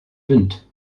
wind